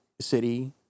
City